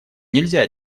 нельзя